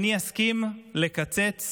אני אסכים לקצץ